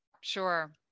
Sure